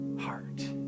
heart